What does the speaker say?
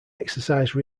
exercise